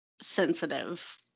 Sensitive